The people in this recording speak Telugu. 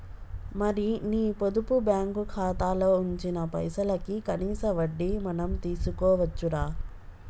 మరి నీ పొదుపు బ్యాంకు ఖాతాలో ఉంచిన పైసలకి కనీస వడ్డీ మనం తీసుకోవచ్చు రా